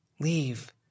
Leave